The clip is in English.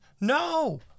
No